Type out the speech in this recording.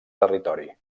territori